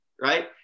right